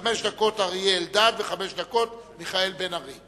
חמש דקות אריה אלדד וחמש דקות מיכאל בן-ארי.